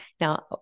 Now